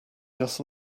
just